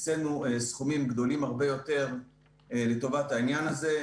הקצנו סכומים גדולים הרבה יותר לטובת העניין הזה.